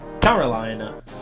Carolina